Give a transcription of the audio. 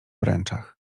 obręczach